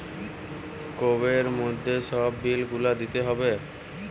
কোবের মধ্যে সব বিল গুলা দিতে হবে